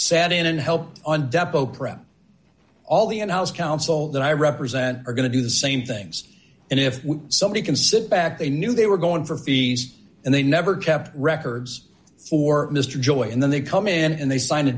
prep all the in house counsel that i represent are going to do the same things and if somebody can sit back they knew they were going for fees and they never kept records for mr joy and then they come in and they sign a